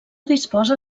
disposa